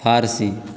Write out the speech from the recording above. فارسی